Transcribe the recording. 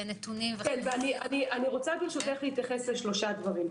אני רוצה להתייחס לשלושה דברים,